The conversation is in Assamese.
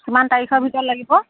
কিমান তাৰিখৰ ভিতৰত লাগিব